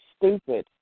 stupid